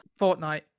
Fortnite